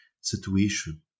situation